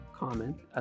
comment